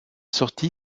sortie